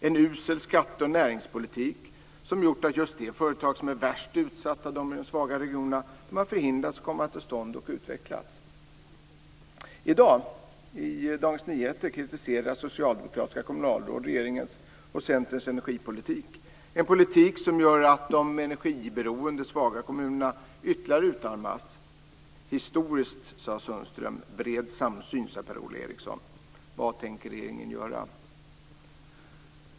En usel skatteoch näringspolitik har gjort att just de företag som är de värst utsatta i de svaga regionerna har förhindrats att komma till stånd och utvecklas. I Dagens Nyheter i dag kritiserar socialdemokratiska kommunalråd regeringens och Centerns energipolitik - en politik som gör att de energiberoende, svaga kommunerna ytterligare utarmas. Historiskt, sade Sundström. Bred samsyn, sade Per-Ola Eriksson.